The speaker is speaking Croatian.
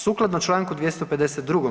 Sukladno čl. 252.